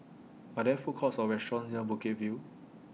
Are There Food Courts Or restaurants near Bukit View